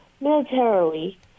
militarily